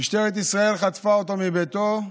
משטרת ישראל חטפה אותו מביתו.